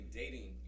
dating